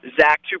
Zach